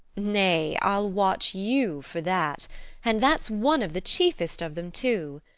nay, i'll watch you for that and that's one of the chiefest of them too.